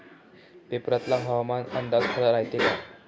पेपरातला हवामान अंदाज खरा रायते का?